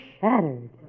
shattered